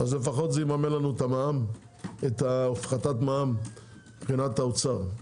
לפחות זה יממן לנו את הפחתת המע"מ מבחינת האוצר.